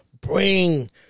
bring